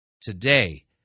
Today